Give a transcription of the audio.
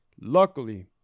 Luckily